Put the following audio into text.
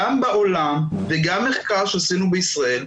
גם בעולם וגם מחקר שעשינו בישראל,